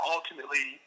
Ultimately